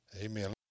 Amen